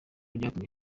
byatumye